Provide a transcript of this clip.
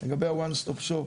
לגבי ה-"One Stop Shop",